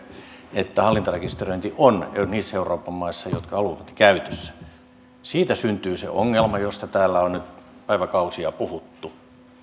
että hallintarekisteröinti on käytössä niissä euroopan maissa jotka niin haluavat niin siitä syntyy se ongelma josta täällä on nyt päiväkausia puhuttu